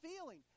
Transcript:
feeling